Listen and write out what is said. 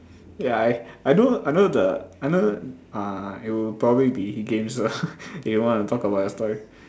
ya I I know I know the I know uh you probably be games ah if you want to talk about your story